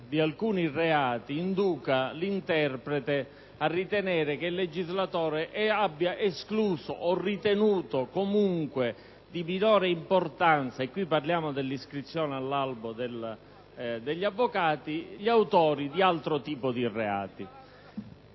di alcuni reati induca l'interprete a ritenere che il legislatore abbia escluso o ritenuto comunque di minore importanza - e qui si parla dell'iscrizione all'albo degli avvocati - gli autori di altro genere di reato.